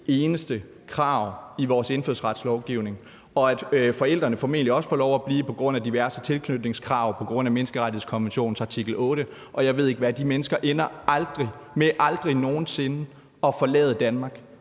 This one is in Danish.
eneste krav i vores indfødsretslovgivning, og forældrene får formentlig også lov at blive på grund af diverse tilknytningskrav og på grund af menneskerettighedskonventionens artikel 8, og jeg ved ikke hvad. De mennesker ender med aldrig nogen sinde at forlade Danmark,